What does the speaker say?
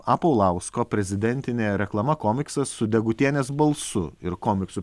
a paulausko prezidentinė reklama komiksas su degutienės balsu ir komiksu